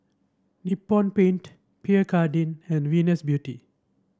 Nippon Paint Pierre Cardin and Venus Beauty